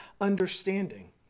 understanding